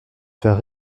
faire